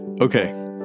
Okay